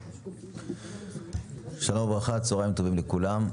שלום וברכה, צוהריים טובים לכולם.